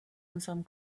unserem